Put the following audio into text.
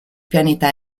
pianeta